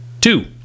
Two